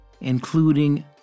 including